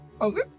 Okay